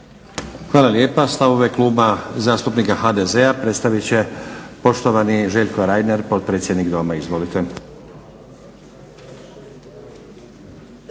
Hvala lijepa. Stavove Kluba HDZ-a predstaviti će poštovani Željko Reiner, potpredsjednik Doma. Izvolite.